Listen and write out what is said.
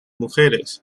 mujeres